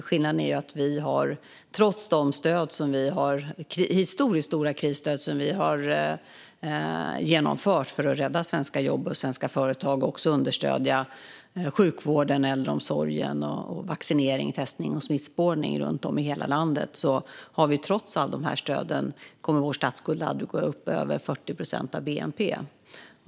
Skillnaden är att vår statsskuld, trots de historiskt stora krisstöd som vi har infört för att rädda svenska jobb och svenska företag och också understödja sjukvård, äldreomsorg, vaccinering, testning och smittspårning runt om i hela landet, aldrig kommer att gå upp över 40 procent av bnp.